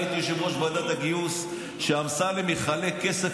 זה לא נכון,